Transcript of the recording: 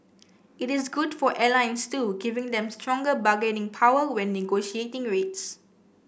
it is good for airlines too giving them stronger bargaining power when negotiating rates